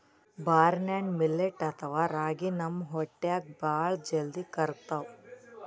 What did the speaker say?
barnyard millet ಅಥವಾ ರಾಗಿ ನಮ್ ಹೊಟ್ಟ್ಯಾಗ್ ಭಾಳ್ ಜಲ್ದಿ ಕರ್ಗತದ್